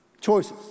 choices